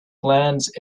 glance